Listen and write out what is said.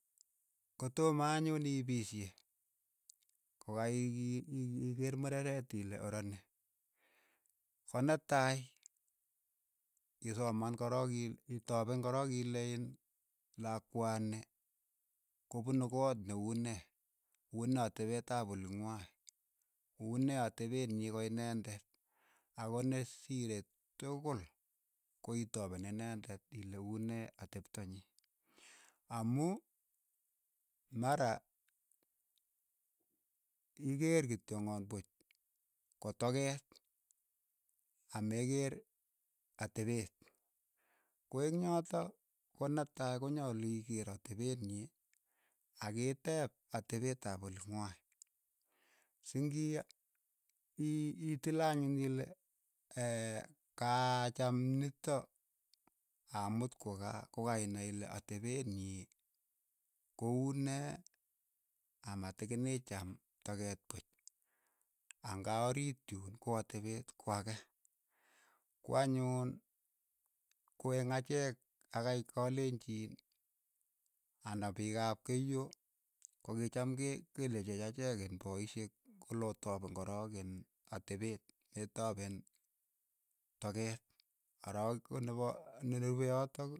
Ko toma anyun iipishe ko ka i- ii- iikeer murereet ile oroni, ko netai isoman korok il itapen korok ile iin lakwani ko punu koot ne unee, unee atepeet ap oling'wai, unee atepet nyii ko inendet, ako ne sirei tukul ko itapen inendet ile unee atepto nyii, amu mara ikeer kityong'on puch ko tokeet, amekeer atepeet, ko eng' yotok ko netai konyalu ikeer atepet nyii, ak itep atepeet ap oling'wai, si ng'i i- i- itile anyun ile kacham nitok amuut kwa kaa ko kainai ile atepet nyii ko unee ama tikin icham tokeet puch, ang'a uriit yu ko atepeet ko ake, ko anyuun ko eng acheek ak kai kalenjin anda piik ap keiyo ko ki chaam ke- ke lecheech acheek iin paishek kole otapen korok iin atepet, metapen tokeet, korook ko ne rupe yotok.